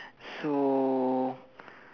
so